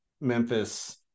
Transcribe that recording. Memphis